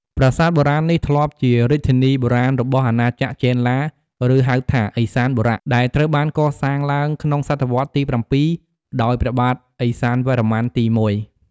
ប្រាសាទបុរាណនេះធ្លាប់ជារាជធានីបុរាណរបស់អាណាចក្រចេនឡា ឬហៅថា ឥសានបុរៈ ដែលត្រូវបានកសាងឡើងក្នុងសតវត្សរ៍ទី៧ ដោយព្រះបាទឥសានវរ្ម័នទី១។